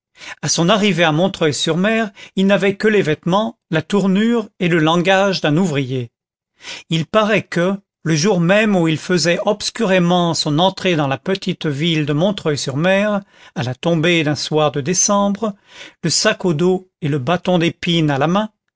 à son arrivée à montreuil sur mer il n'avait que les vêtements la tournure et le langage d'un ouvrier il paraît que le jour même où il faisait obscurément son entrée dans la petite ville de montreuil sur mer à la tombée d'un soir de décembre le sac au dos et le bâton d'épine à la main